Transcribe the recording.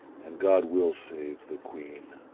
and god will save the queen.